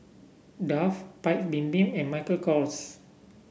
Dove Paik's Bibim and Michael Kors